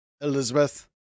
Elizabeth